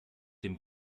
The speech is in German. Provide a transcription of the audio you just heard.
dem